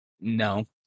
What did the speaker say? No